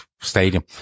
Stadium